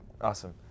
Awesome